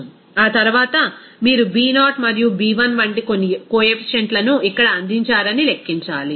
refer slide time ఆ తర్వాత మీరు B0 మరియు B1 వంటి అన్ని కోఎఫీషియెంట్లను ఇక్కడ అందించారని లెక్కించాలి